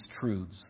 truths